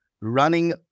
running